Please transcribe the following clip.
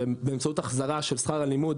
באמצעות החזרה של שכר הלימוד